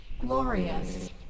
Glorious